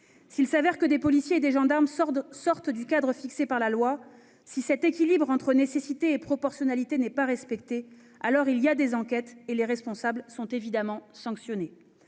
S'il arrive que des policiers et des gendarmes sortent du cadre fixé par la loi, si l'équilibre entre nécessité et proportionnalité n'est pas respecté, des enquêtes sont menées et les responsables sont évidemment sanctionnés.